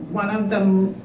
one of the